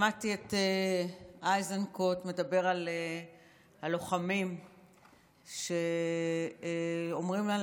שמעתי את איזנקוט מדבר על לוחמים שאומרים לנו: